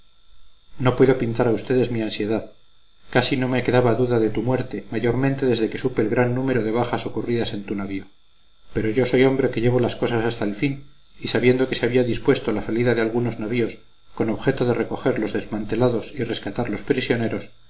no puedo pintar a ustedes mi ansiedad casi no me quedaba duda de tu muerte mayormente desde que supe el gran número de bajas ocurridas en tu navío pero yo soy hombre que llevo las cosas hasta el fin y sabiendo que se había dispuesto la salida de algunos navíos con objeto de recoger los desmantelados y rescatar los prisioneros